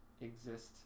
exist